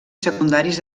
secundaris